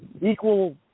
equal